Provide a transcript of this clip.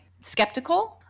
skeptical